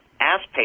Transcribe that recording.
ask